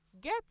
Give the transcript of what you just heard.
get